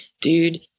dude